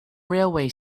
railway